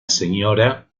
sra